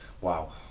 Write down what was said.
Wow